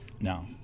No